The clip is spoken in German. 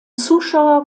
zuschauer